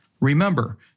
Remember